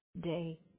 day